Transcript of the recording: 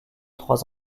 trois